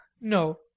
No